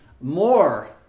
more